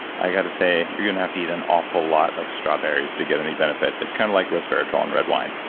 i got to say you're going to have to eat an awful lot of strawberries to get any benefit. it's kind of like resveratrol in red wine.